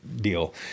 deal